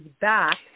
back